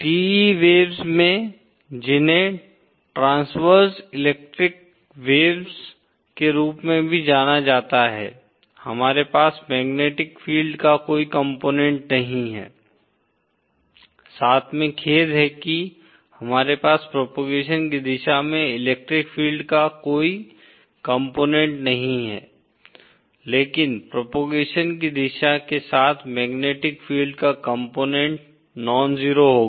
TE waves में जिन्हें transverse electric waves के रूप में भी जाना जाता है हमारे पास मैग्नेटिक फील्ड का कोई कम्पोनेट नहीं है साथ में खेद है कि हमारे पास प्रोपोगेशन की दिशा में इलेक्ट्रिक फील्ड का कोई कम्पोनेट नहीं है लेकिन प्रोपोगेशन की दिशा के साथ मैग्नेटिक फील्ड का कम्पोनेट नॉनजेरो होगा